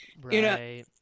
Right